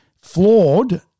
flawed